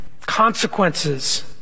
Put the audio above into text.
consequences